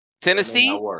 Tennessee